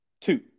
Two